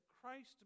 Christ